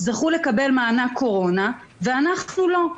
זכו לקבל מענק קורונה ואילו אנחנו לא.